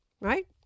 right